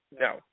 No